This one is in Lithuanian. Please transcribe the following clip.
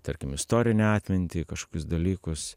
tarkim istorinę atmintį kažkokius dalykus